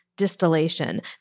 distillation